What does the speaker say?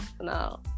no